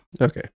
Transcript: Okay